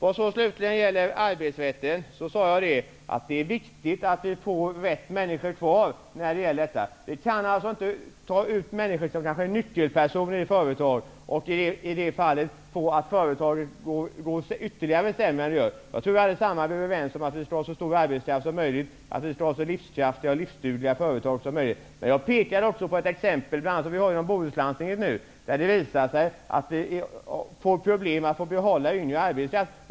När det gäller arbetsrätten sade jag att det är viktigt att vi får rätt människor kvar på företagen. Vi kan inte ta bort nyckelpersoner från företagen och genom det åstadkomma att företagen går ytterligare sämre än vad de gör. Jag tror att vi alla är överens om att vi skall ha en så stor arbetskraft som möjligt och att vi skall ha så livskraftiga och livsdugliga företag som möjligt. Men jag pekade också på ett exempel i Bohuslandstinget som visar att vi får problem att behålla yngre arbetskraft.